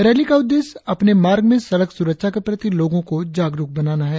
rally का उद्देश्य अपने मार्ग में सड़क सुरक्षा के प्रति लोगों को जागरुक बनाना है